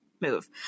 move